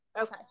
okay